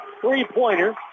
three-pointer